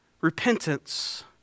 repentance